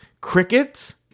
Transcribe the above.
crickets